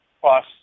Plus